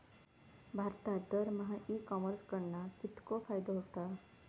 भारतात दरमहा e commerce कडणा कितको फायदो होता?